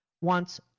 wants